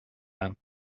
them